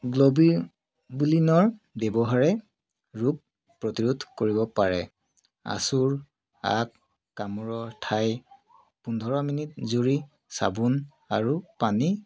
গ্লবিউলিনৰ ব্যৱহাৰে ৰোগ প্ৰতিৰোধ কৰিব পাৰে আঁচোৰ আগ কামোৰৰ ঠাই পোন্ধৰ মিনিট জুৰি চাবোন আৰু পানী